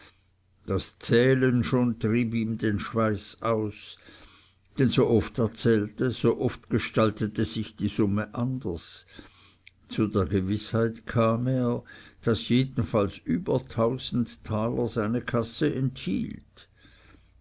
das zählen schon trieb ihm den schweiß aus denn so oft er zählte so oft gestaltete sich die summe anders zu der gewißheit kam er daß jedenfalls über tausend taler seine kasse enthielt